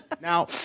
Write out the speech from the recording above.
Now